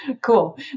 cool